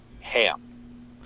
Ham